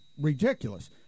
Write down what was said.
ridiculous